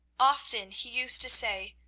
often he used to say,